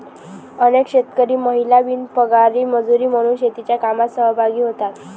अनेक शेतकरी महिला बिनपगारी मजुरी म्हणून शेतीच्या कामात सहभागी होतात